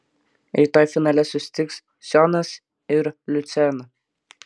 rytoj finale susitiks sionas ir liucerna